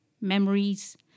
memories